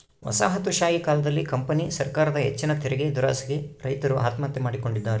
ವಸಾಹತುಶಾಹಿ ಕಾಲದಲ್ಲಿ ಕಂಪನಿ ಸರಕಾರದ ಹೆಚ್ಚಿನ ತೆರಿಗೆದುರಾಸೆಗೆ ರೈತರು ಆತ್ಮಹತ್ಯೆ ಮಾಡಿಕೊಂಡಿದ್ದಾರೆ